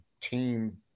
team